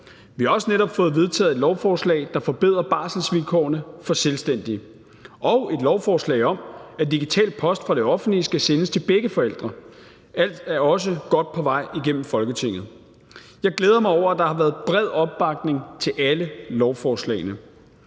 Vi har også netop fået vedtaget et lovforslag, der forbedrer barselsvilkårene for selvstændige, og et lovforslag om, at digital post fra det offentlige skal sendes til begge forældre. Det er alt sammen godt på vej igennem Folketinget, og jeg glæder mig over, at der har været bred opbakning til alle lovforslagene.